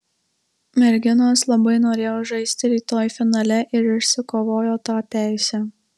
merginos labai norėjo žaisti rytoj finale ir išsikovojo tą teisę